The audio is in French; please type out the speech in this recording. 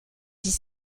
dix